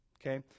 okay